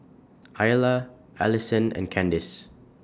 Ayla Allisson and Candice